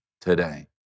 today